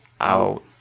Out